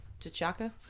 T'Chaka